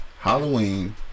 Halloween